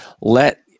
let